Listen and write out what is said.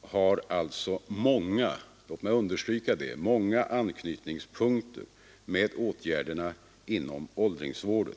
har alltså många — låt mig understryka det — anknytningspunkter till åtgärderna inom åldringsvården.